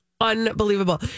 Unbelievable